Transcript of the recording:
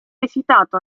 esitato